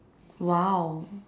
!wow!